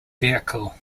vehicle